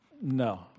no